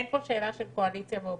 אין פה שאלה של קואליציה ואופוזיציה.